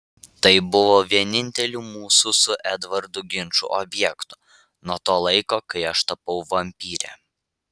tai buvo vieninteliu mūsų su edvardu ginčų objektu nuo to laiko kai aš tapau vampyre